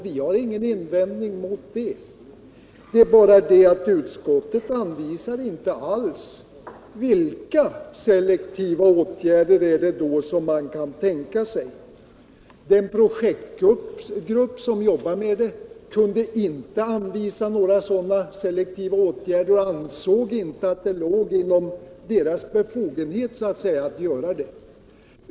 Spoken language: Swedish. Vi har ingen invändning mot det, men utskottet anvisar inte vilka selektiva åtgärder man kan tänka sig. Den projektgrupp som jobbar med det kunde inte anvisa några sådana selektiva åtgärder och ansåg att det låg utanför dess befogenheter att göra detta.